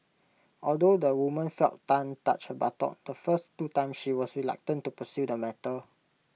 although the woman felt Tan touch buttock the first two times she was reluctant to pursue the matter